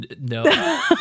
no